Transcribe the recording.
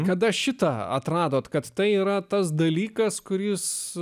kada šitą atradote kad tai yra tas dalykas kurį jūs